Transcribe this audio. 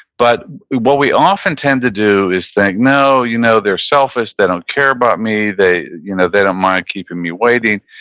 but what we often tend to do is think, no, you know they're selfish. they don't care about me. they you know they don't mind keeping me waiting.